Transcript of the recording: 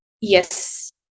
Yes